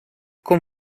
con